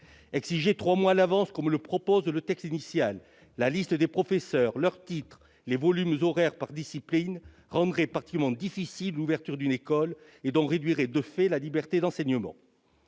Exiger trois mois à l'avance, comme le propose le texte initial, la liste des professeurs, leurs titres et les volumes horaires par discipline rendrait particulièrement difficile l'ouverture d'une école et porterait atteinte, de fait, à la liberté d'enseignement.